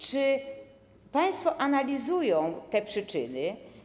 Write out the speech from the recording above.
Czy państwo analizujecie te przyczyny?